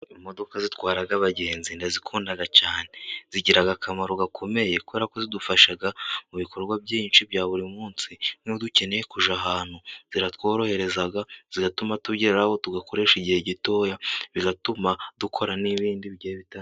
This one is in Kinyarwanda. Imodoka zitwara abagenzi ndazikunda cyane. Zigira akamaro gakomeye kubera ko ziradufasha mu bikorwa byinshi bya buri munsi, nk'iyo dukeneye kujya ahantu, zitworohereza zigatuma tugeraho tugakoresha igihe gitoya, bigatuma dukora n'ibindi bitandukanye.